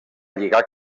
lligar